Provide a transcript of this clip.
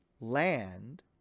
land